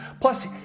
Plus